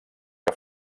que